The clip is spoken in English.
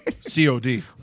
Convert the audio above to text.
COD